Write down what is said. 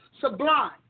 sublime